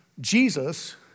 Jesus